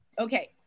okay